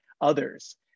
others